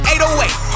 808